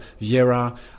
Viera